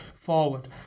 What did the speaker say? Forward